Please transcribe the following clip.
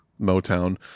Motown